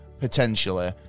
Potentially